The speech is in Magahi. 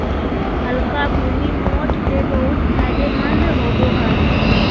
हल्का भूमि, मोठ ले बहुत फायदेमंद होवो हय